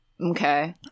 Okay